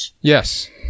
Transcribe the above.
Yes